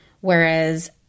Whereas